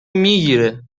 میگیره